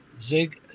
Zig